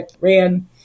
ran